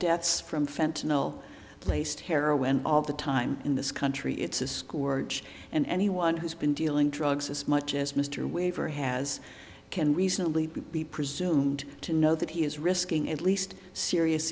deaths from fentanyl placed heroin all the time in this country it's a scorch and anyone who's been dealing drugs as much as mr weaver has can reasonably be presumed to know that he is risking at least serious